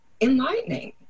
enlightening